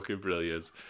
brilliant